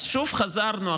אז שוב חזרנו,